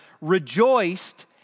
rejoiced